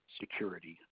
security